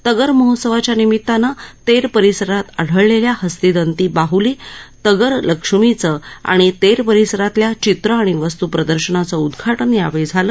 तगर महोत्सवाच्या निमिताने तेर परिसरात आढळलेल्या हस्तिदंती बाहली तगर लक्ष्मीचं आणि तेर परिसरातल्या चित्र आणि वस्तू प्रदर्शनाच उदघाटन यावेळी झालं